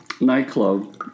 nightclub